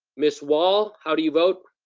miss wall, how do you vote?